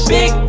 Big